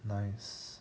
nice